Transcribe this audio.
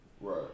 Right